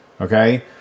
okay